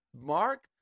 Mark